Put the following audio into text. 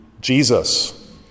Jesus